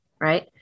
right